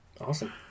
Awesome